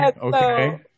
okay